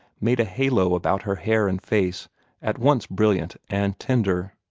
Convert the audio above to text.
made a halo about her hair and face at once brilliant and tender.